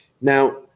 Now